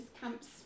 camps